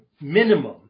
minimum